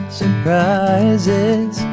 surprises